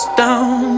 down